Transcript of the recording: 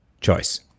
choice